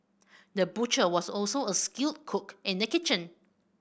the butcher was also a skilled cook in the kitchen